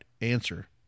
answer